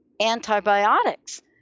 antibiotics